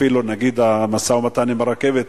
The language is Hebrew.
אפילו נגיד המשא-ומתן עם הרכבת,